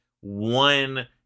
one